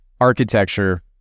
architecture